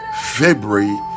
february